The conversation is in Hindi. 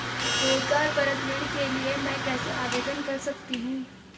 रोज़गार परक ऋण के लिए मैं कैसे आवेदन कर सकतीं हूँ?